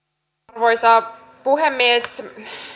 arvoisa puhemies